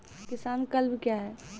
किसान क्लब क्या हैं?